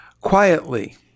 Quietly